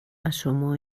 asomó